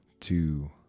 two